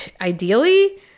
ideally